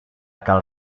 cal